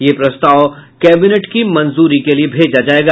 ये प्रस्ताव कैबिनेट की मंजूरी के लिये भेजा जायेगा